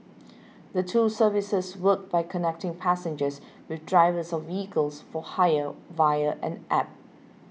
the two services work by connecting passengers with drivers of vehicles for hire via an App